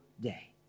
day